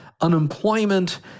unemployment